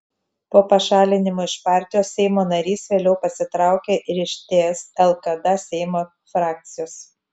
po pašalinimo iš partijos seimo narys vėliau pasitraukė ir iš ts lkd seimo frakcijos